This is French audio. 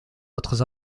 autres